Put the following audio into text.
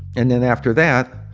and then after that,